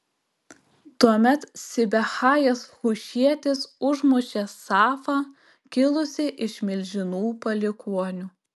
tuomet sibechajas hušietis užmušė safą kilusį iš milžinų palikuonių